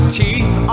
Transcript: teeth